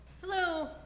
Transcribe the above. hello